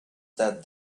that